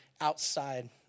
outside